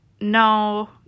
no